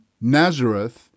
Nazareth